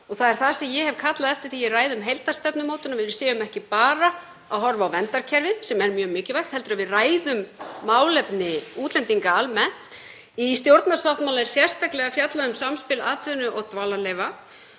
og það er það sem ég hef kallað eftir í ræðu um heildarstefnumótun, að við séum ekki bara að horfa á verndarkerfið, sem er mjög mikilvægt, heldur að við ræðum líka málefni útlendinga almennt. Í stjórnarsáttmála er sérstaklega fjallað um samspil atvinnu- og dvalarleyfa